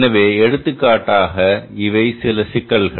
எனவே எடுத்துக்காட்டாக இவை சில சிக்கல்கள்